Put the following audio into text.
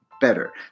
better